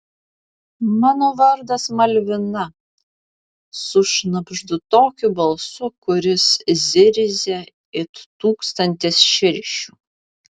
mano vardas malvina sušnabždu tokiu balsu kuris zirzia it tūkstantis širšių